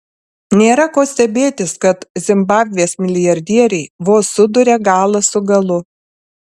nėra ko stebėtis kad zimbabvės milijardieriai vos suduria galą su galu